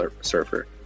surfer